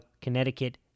Connecticut